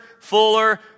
fuller